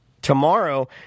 Tomorrow